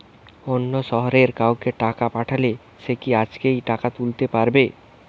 অন্য শহরের কাউকে টাকা পাঠালে সে কি আজকেই টাকা তুলতে পারবে?